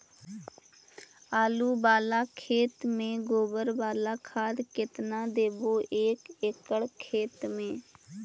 आलु बाला खेत मे गोबर बाला खाद केतना देबै एक एकड़ खेत में?